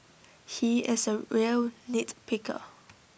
he is A real nitpicker